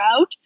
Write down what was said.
out